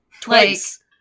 twice